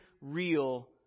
real